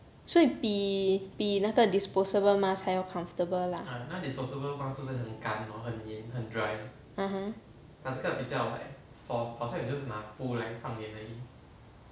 所以比比那个 disposable mask 还要 comfortable lah